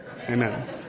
Amen